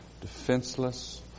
defenseless